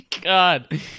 God